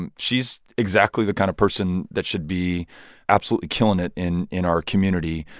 and she's exactly the kind of person that should be absolutely killing it in in our community,